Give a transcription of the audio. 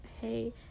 hey